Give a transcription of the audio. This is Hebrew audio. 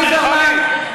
בידיים של ליברמן,